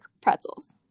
pretzels